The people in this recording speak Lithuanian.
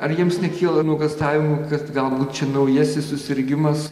ar jums nekyla nuogąstavimų kad galbūt čia naujasis susirgimas